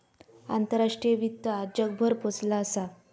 आंतराष्ट्रीय वित्त आज जगभर पोचला असा